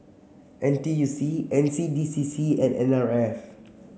N T U C N C D C C and N R F